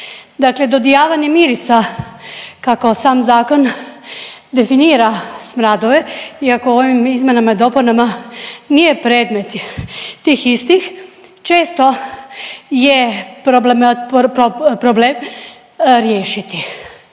dodijavanja mirisa kako sam zakon definira smradove, iako ovim izmjenama i dopunama nije predmet tih istih često je problem riješiti.